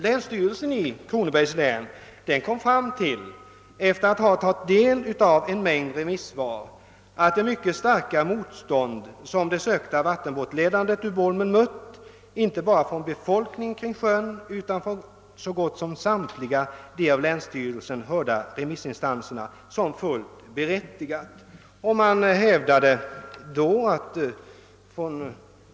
Länsstyrelsen i Kronobergs län kom efter att ha tagit del av en mängd remissyttranden fram till att det mycket starka motstånd, som det ifrågasatta vattenbortledandet ur Bolmen mött inte bara från befolkningen runt sjön utan också från så gott som samtliga dessa remissinstanser, var fullt berättigat.